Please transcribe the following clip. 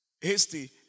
hasty